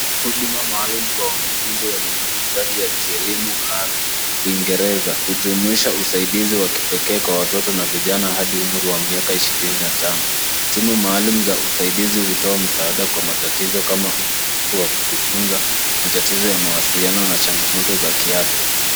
Huduma maalum kwa wanafunzi wenye mahitaji ya kielimu haro Kiingereza hujumuisha usaidzi wa kipekee kwa watoto na vijana adi umri wa miaka ishrini na tano, tibu maalum za usaidizi utoa msaada kwa matatizo kama usumbufu wa kujifunza ,matatizo ya mawsiliano na changamoto za kiafya.